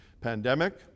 pandemic